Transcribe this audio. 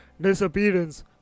disappearance